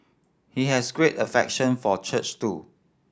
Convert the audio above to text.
he has great affection for church too